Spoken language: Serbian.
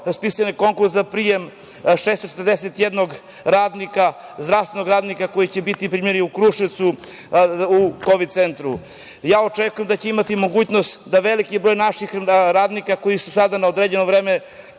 raspisan je konkurs za prijem 641 zdravstvenog radnika koji će biti primljeni u Kruševcu u Kovid centru. Očekujem da će imati mogućnost da veliki broj naših radnika koji sada rade na određeno vreme